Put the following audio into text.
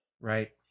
Right